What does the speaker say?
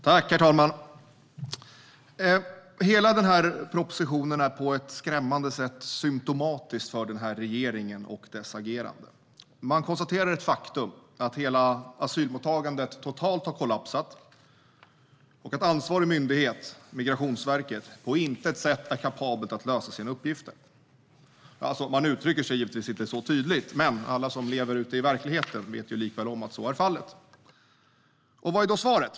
Herr talman! Hela den här propositionen är på ett skrämmande sätt symtomatisk för den här regeringen och dess agerande. Man konstaterar ett faktum, nämligen att hela asylmottagandet totalt har kollapsat och att ansvarig myndighet - Migrationsverket - på intet sätt är kapabel att lösa sina uppgifter. Man uttrycker sig givetvis inte så tydligt, men alla som lever ute i verkligheten vet likväl om att så är fallet. Vad är då svaret?